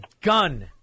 gun